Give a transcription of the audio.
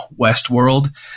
Westworld